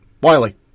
Wiley